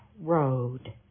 road